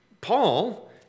Paul